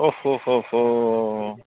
উফ উফ উফ অ' অ'